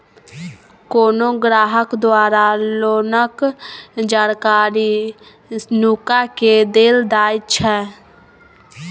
कोनो ग्राहक द्वारा लोनक जानकारी नुका केँ देल जाएत छै